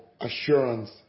assurance